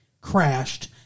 crashed